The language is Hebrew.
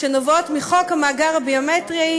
שנובעות מחוק המאגר הביומטרי,